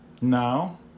now